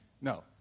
no